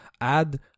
add